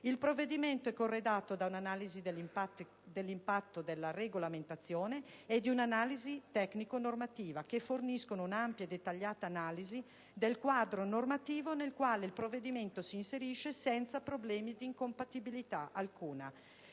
Il provvedimento è corredato da un'analisi dell'impatto della regolamentazione e di un'analisi tecnico-normativa, che forniscono un'ampia e dettagliata analisi del quadro normativo nel quale il provvedimento si inserisce, senza evidenziare problemi di incompatibilità.